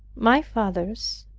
my fathers,